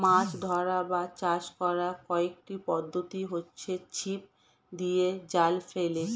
মাছ ধরা বা চাষ করার কয়েকটি পদ্ধতি হচ্ছে ছিপ দিয়ে, জাল ফেলে